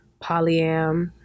polyam